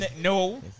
no